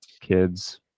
kids